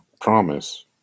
promise